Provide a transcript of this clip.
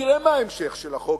תראה מה ההמשך של החוק,